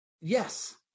yes